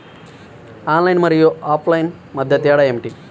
Online మరియు offline మధ్య తేడా ఏమిటీ?